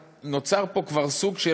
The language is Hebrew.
נוצר פה כבר סוג של,